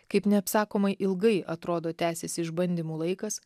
kaip neapsakomai ilgai atrodo tęsiasi išbandymų laikas